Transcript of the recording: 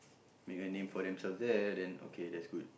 make a name for themselves there then okay that's good